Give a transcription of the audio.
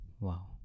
Wow